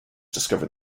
discover